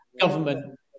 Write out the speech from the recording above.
government